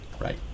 Right